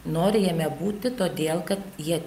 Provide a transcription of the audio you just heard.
nori jame būti todėl kad jie